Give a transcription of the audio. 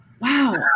wow